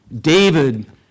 David